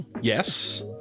Yes